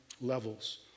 levels